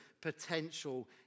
potential